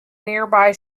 nearby